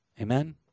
Amen